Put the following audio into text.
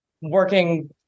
working